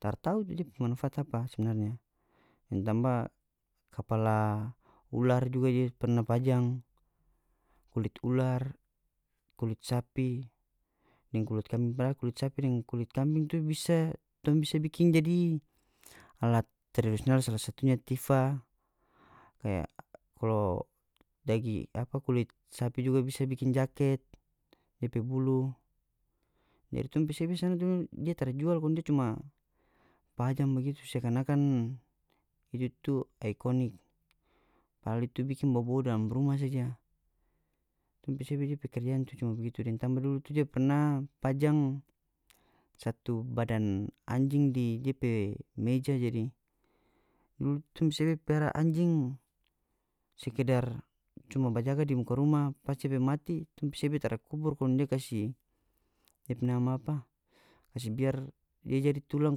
Tara tau tu dia pe manfaat apa sebenarnya deng tambah kapala ular juga dia perna pajang kulit ular kulit sapi deng kulit kambing padahal kulit sapi deng kulit kambing tu bisa tong bisa bikin jadi alat tradisional sala satunya tifa kaya kalo apa kulit sapi juga bisa bikin jaket depe bulu jadi tong pe sebe sana tu dia tara jual kong dia cuma pajang bagitu se akan-akan itu tu ikonik padahal itu bikin bobou dalam rumah saja tong pe sebe depe kerjaan cuma begitu deng tambah dulu tu dia pernah pajang satu badan anjing di dia pe meja jadi dulu tu tong pe sebe piara anjing sekedar cuma ba jaga di muka rumah pas depe mati tong pe sebe tara kubur kong dia kasi depe nama apa kase biar dia jadi tulang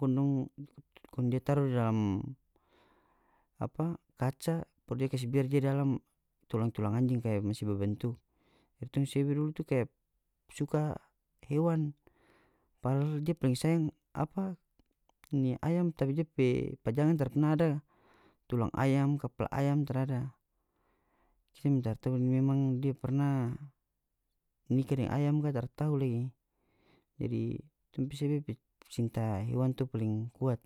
kong dia taru dalam apa kaca baru dia kase biar dia dalam tulang-tulang anjing kaya masi ba bentuk baru tong sebe dulu kaya suka hewan padahal dia paling sayang apa ini ayam tapi dia pe pajangan tara perna ada tulang ayam kapala ayam tarada kita me tara tau ini memang dia perna nikah deng ayam ka taratau lagi jadi tong pe sebe pe pe cinta hewan tu paling kuat.